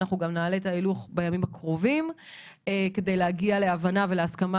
אנחנו גם נעלה את ההילוך בימים הקרובים כדי להגיע להבנה ולהסכמה